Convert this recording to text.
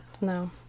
no